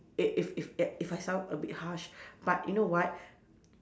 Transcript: if if if at if I sound a bit harsh but you know what